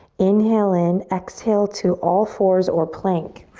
inhale in, exhale to all fours or plank.